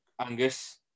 Angus